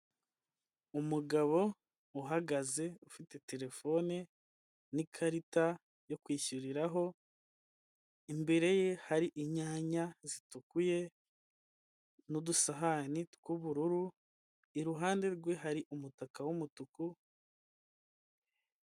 Umugabo uhagaze ufite terefone n'ikarita yo kwishyuriraho, imbere ye hari inyanya zitukuye n'udusahani tw'ubururu, iruhande rwe hari umutaka w'umutuku.